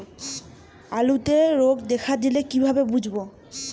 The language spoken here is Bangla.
আলুতে রোগ দেখা দিলে কিভাবে বুঝবো?